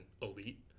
elite